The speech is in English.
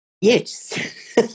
Yes